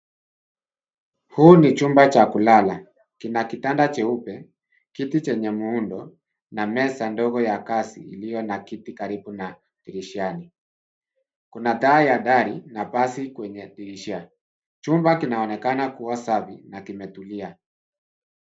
Huu ni chumba cha kulala , kina kitanda cheupe, kiti chenye muundo na meza ndogo ya kazi iliyo na kiti karibu na dirishani. Kuna taa ya dari na pasi kwenye dirishani. Chumba kinaonekana kuwa safi na kimetulia.